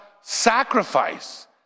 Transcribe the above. sacrifice